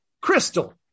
Crystal